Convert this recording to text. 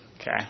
Okay